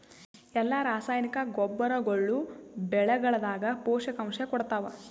ಎಲ್ಲಾ ರಾಸಾಯನಿಕ ಗೊಬ್ಬರಗೊಳ್ಳು ಬೆಳೆಗಳದಾಗ ಪೋಷಕಾಂಶ ಕೊಡತಾವ?